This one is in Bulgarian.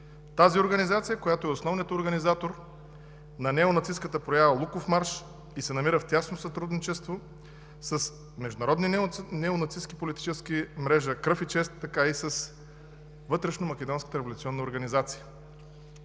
тази организация, която е основният организатор на неонацистката проява Луковмарш и се намира в тясно сътрудничество както с международната неонацистка политическа мрежа „Кръв и чест“, така и с Вътрешномакедонската революционна организация.